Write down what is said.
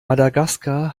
madagaskar